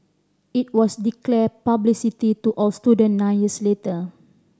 it was declared publicly to all student nine years later